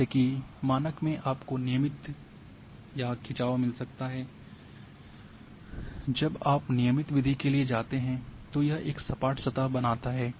जैसे कि मानक में आपको नियमित या खिंचाव मिल सकता है जब आप नियमित विधि के लिए जाते हैं तो यह एक सपाट सतह बनाता है